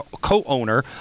co-owner